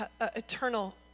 eternal